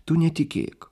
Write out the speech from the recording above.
tu netikėk